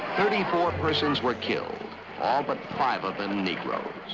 thirty four persons were killed, all but five of them negroes.